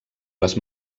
les